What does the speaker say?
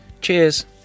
Cheers